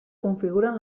configuren